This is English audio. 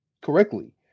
correctly